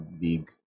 big